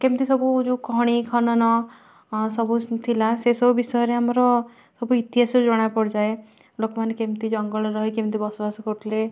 କେମିତି ସବୁ ଯେଉଁ ଖଣି ଖନନ ସବୁ ଥିଲା ସେ ସବୁ ବିଷୟରେ ଆମର ସବୁ ଇତିହାସରୁ ଜଣା ପଡ଼ିଯାଏ ଲୋକ ମାନେ କେମିତି ଜଙ୍ଗଲରେ ରହି କେମିତି ବସବାସ କରୁଥିଲେ